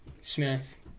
smith